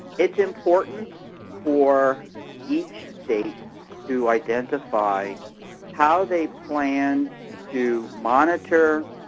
it's important for each state to identify how they plan to monitor